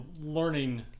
learning